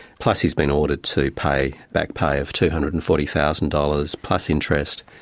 plus he's been ordered to pay back pay of two hundred and forty thousand dollars plus interest,